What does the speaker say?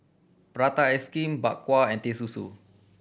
prata ice cream Bak Kwa and Teh Susu